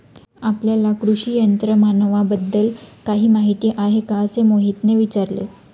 आपल्याला कृषी यंत्रमानवाबद्दल काही माहिती आहे का असे मोहितने विचारले?